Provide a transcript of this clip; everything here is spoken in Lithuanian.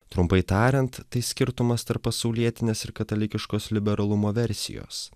trumpai tariant tai skirtumas tarp pasaulietinės ir katalikiškos liberalumo versijos